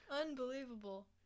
Unbelievable